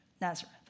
Nazareth